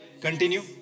continue